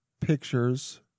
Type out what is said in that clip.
pictures